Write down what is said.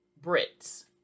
Brits